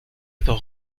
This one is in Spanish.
dos